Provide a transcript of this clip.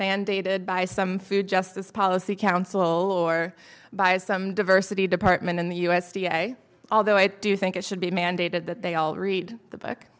mandated by some food justice policy council or by some diversity department in the u s d a although i do think it should be mandated that they all read the book